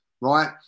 Right